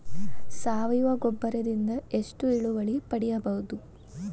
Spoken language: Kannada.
ಸಾವಯವ ಗೊಬ್ಬರದಿಂದ ಎಷ್ಟ ಇಳುವರಿ ಪಡಿಬಹುದ?